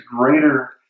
greater